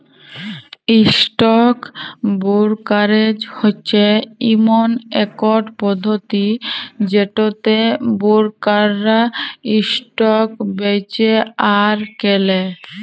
stock brokerage হচ্যে ইমন একট পধতি যেটতে বোরকাররা ইসটক বেঁচে আর কেলে